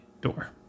door